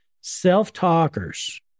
self-talkers